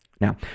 Now